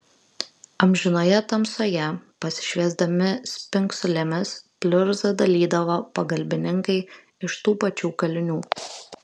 amžinoje tamsoje pasišviesdami spingsulėmis pliurzą dalydavo pagalbininkai iš tų pačių kalinių